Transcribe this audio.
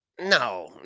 No